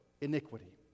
iniquity